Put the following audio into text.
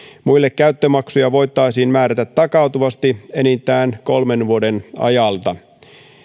muille käyttömaksuja voitaisiin määrätä takautuvasti enintään kolmen vuoden ajalta